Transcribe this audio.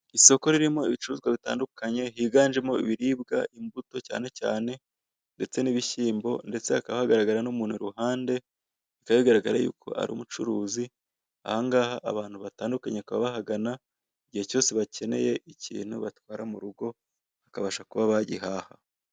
Isoko ry'ibiribwa ririmo voka, imineke, inanasi, ibishyimbo n'ibindi. Ku ruhande hicaye umugore ukuze, bisa nk'aho ari we uri gucuruza.